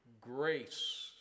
grace